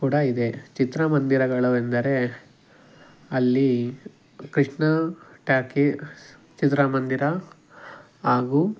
ಕೂಡ ಇದೆ ಚಿತ್ರಮಂದಿರಗಳು ಎಂದರೆ ಅಲ್ಲಿ ಕೃಷ್ಣ ಟಾಕೀಸ್ ಚಿತ್ರಮಂದಿರ ಹಾಗೂ